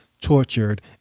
tortured